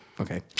Okay